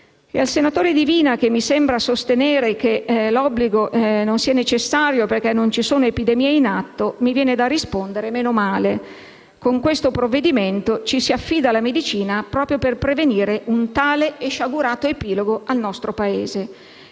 Al senatore Divina, che mi sembra sostenere che l'obbligo non sia necessario perché non ci sono epidemie in atto, mi viene da rispondere: meno male. Con questo provvedimento ci si affida alla medicina proprio per prevenire un tale e sciagurato epilogo al Paese.